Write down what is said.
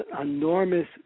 enormous